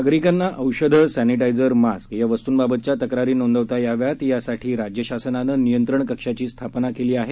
नागरिकांना औषधं sanitiser mask या वस्तूंबाबतच्या तक्रारी नोंदवता याव्यात यासाठी राज्य शासनानं नियंत्रण कक्षाची स्थापना केली आहे